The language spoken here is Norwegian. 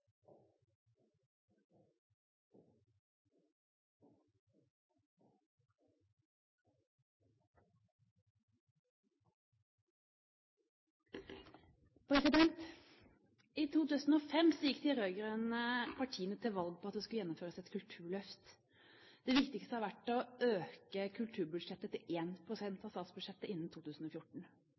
omme. I 2005 gikk de rød-grønne partiene til valg på at det skulle gjennomføres et kulturløft. Det viktigste har vært å øke kulturbudsjettet til 1 pst. av statsbudsjettet innen 2014.